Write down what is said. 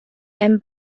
hem